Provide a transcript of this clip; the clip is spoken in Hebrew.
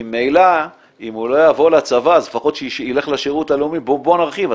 ממילא אם הוא לא יבוא לצבא אז לפחות שיילך לשירות הלאומי ובואו נרחיב.